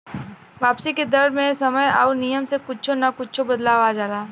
वापसी के दर मे समय आउर नियम में कुच्छो न कुच्छो बदलाव आ जाला